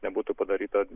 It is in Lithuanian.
nebūtų padaryta